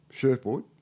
surfboard